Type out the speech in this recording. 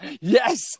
Yes